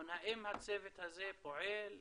האם הצוות הזה פועל,